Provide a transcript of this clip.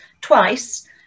twice